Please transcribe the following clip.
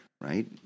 right